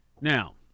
Now